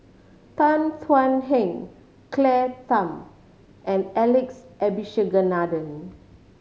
Tan Thuan Heng Claire Tham and Alex Abisheganaden